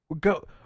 Go